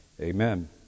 Amen